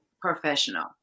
Professional